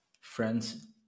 friends